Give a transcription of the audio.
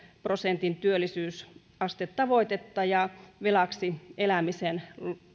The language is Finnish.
prosentin työllisyysastetavoitetta ja velaksi elämisen